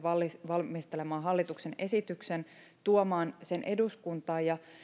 valmistelemaan hallituksen esityksen ja tuomaan sen eduskuntaan ja